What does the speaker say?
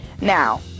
Now